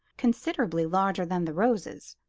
considerably larger than the roses,